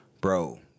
Bro